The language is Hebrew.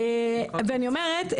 ואני אומרת,